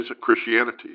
Christianity